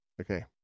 okay